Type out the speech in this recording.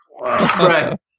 Right